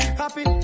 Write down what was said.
happy